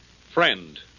friend